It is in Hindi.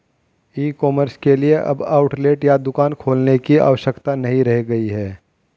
ई कॉमर्स के लिए अब आउटलेट या दुकान खोलने की आवश्यकता नहीं रह गई है